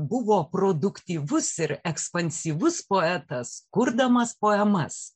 buvo produktyvus ir ekspansyvus poetas kurdamas poemas